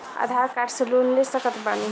आधार card से loan ले सकत बणी?